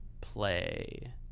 play